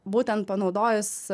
būtent panaudojus